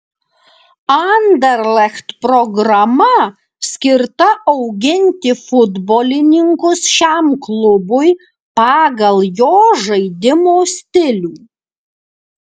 anderlecht programa skirta auginti futbolininkus šiam klubui pagal jo žaidimo stilių